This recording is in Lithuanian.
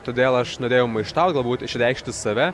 todėl aš norėjau maištaut galbūt išreikšti save